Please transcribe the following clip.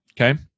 Okay